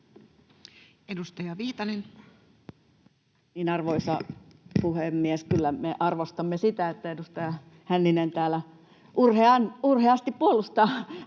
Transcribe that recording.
Edustaja Viitanen. Arvoisa puhemies! Kyllä me arvostamme sitä, että edustaja Hänninen täällä urheasti puolustaa